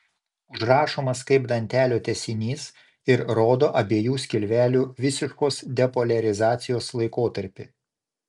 užrašomas kaip dantelio tęsinys ir rodo abiejų skilvelių visiškos depoliarizacijos laikotarpį